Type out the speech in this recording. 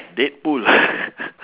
deadpool